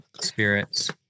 spirits